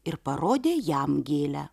ir parodė jam gėlę